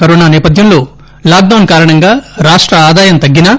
corona సేపథ్యంలో lockdown కారణంగా రాష్ట ఆదాయం తగ్గినా